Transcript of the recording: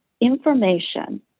information